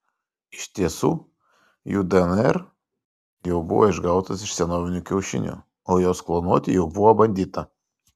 iš tiesų jų dnr jau buvo išgautas iš senovinių kiaušinių o juos klonuoti jau buvo bandyta